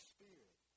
Spirit